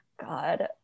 god